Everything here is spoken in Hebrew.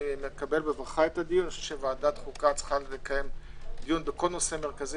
אני חושב שוועדת החוקה צריכה לקיים דיון בכל נושא מרכזי